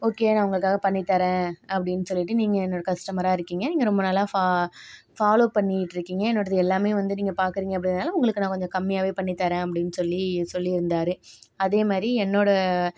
okay நான் உங்களுக்காக பண்ணித்தரேன் அப்படின்னு சொல்லிகிட்டு நீங்கள் என்னோட கஸ்டமராக இருக்கீங்க நீங்கள் ரொம்ப நாளாக ஃபாலோவ் பண்ணிக்கிட்டு இருக்கீங்க என்னோடது எல்லாமே வந்து நீங்கள் பார்க்குறீங்க அப்படிங்குறதுனால உங்களுக்கு நான் கொஞ்சம் கம்மியாகவே பண்ணித்தரேன் அப்படின்னு சொல்லி சொல்லிருந்தார் அதே மாதிரி என்னோட